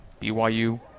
BYU